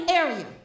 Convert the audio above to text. area